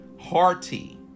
hearty